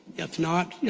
yeah if not, yeah